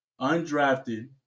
undrafted